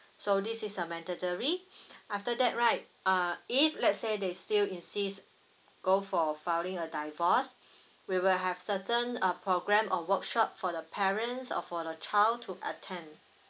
so this is a mandatory after that right uh if let's say they still insist go for filing a divorce we will have certain uh programme or workshop for the parents or for the child to attend